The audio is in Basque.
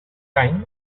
gain